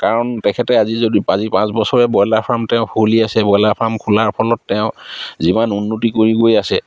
কাৰণ তেখেতে আজি যদি আজি পাঁচ বছৰে ব্ৰইলাৰ ফাৰ্ম তেওঁ খুলি আছে ব্ৰইলাৰ ফাৰ্ম খোলাৰ ফলত তেওঁ যিমান উন্নতি কৰি গৈ আছে